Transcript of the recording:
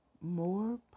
more